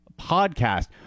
podcast